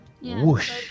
Whoosh